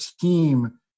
team